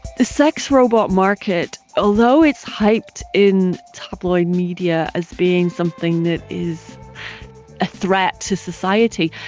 the sex robot market, although it's hyped in tabloid media as being something that is a threat to society,